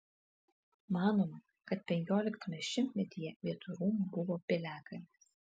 manoma kad penkioliktame šimtmetyje vietoj rūmų buvo piliakalnis